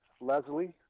Leslie